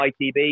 ITB